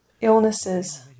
illnesses